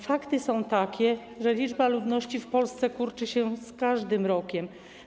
Fakty są takie, że liczba ludności w Polsce kurczy się z każdym rokiem.